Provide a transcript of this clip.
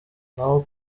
naho